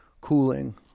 cooling